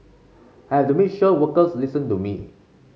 I have to make sure workers listen to me